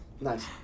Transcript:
Nice